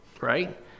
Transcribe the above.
right